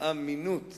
אמינות.